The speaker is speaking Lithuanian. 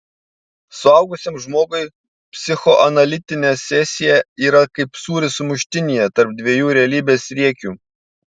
suaugusiam žmogui psichoanalitinė sesija yra kaip sūris sumuštinyje tarp dviejų realybės riekių